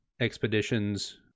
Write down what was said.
expeditions